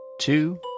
two